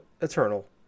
Eternal